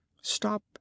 stop